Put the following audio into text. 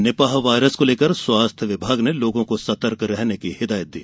Nipah virus को लेकर स्वास्थ्य विभाग ने लोगों को सतर्क रहने की हिदायत दी